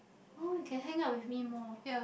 oh you can hang out with me more